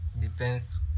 depends